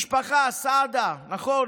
משפחה, סעדה, נכון?